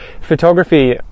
photography